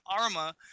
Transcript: ARMA